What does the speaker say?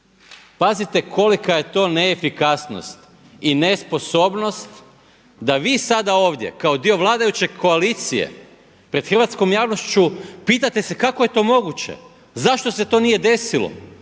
Pazite kolika je to neefikasnost i nesposobnost da vi sada ovdje kao dio vladajuće koalicije pred hrvatskom javnošću pitate se kako je to moguće, zašto se to nije desilo,